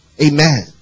Amen